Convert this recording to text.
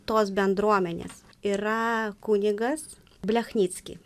tos bendruomenės yra kunigas blechnicki